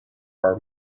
our